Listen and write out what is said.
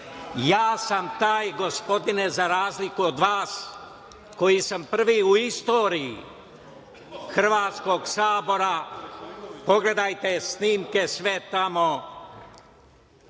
ja sam taj, gospodine, za razliku od vas, koji sam prvi u istoriji Hrvatskog sabora, pogledajte snimke sve tamo,